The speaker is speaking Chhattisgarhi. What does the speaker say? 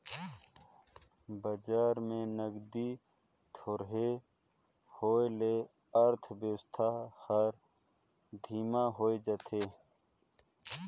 बजार में नगदी थोरहें होए ले अर्थबेवस्था हर धीमा होए जाथे